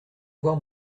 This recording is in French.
voir